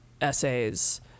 essays